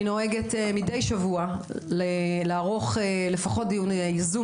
אני נוהגת מדי שבוע לפחות לערוך דיון זום